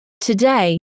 Today